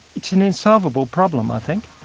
it's an insolvable problem i think.